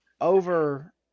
over